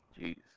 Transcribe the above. Jeez